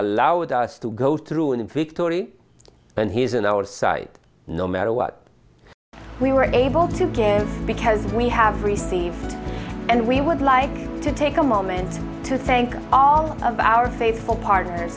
allowed us to go through in victory and he is in our sight no matter what we were able to again because we have received and we would like to take a moment to thank all of our faithful partners